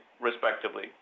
respectively